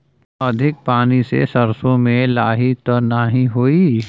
अधिक पानी से सरसो मे लाही त नाही होई?